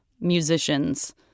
musicians